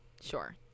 Sure